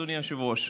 אדוני היושב-ראש,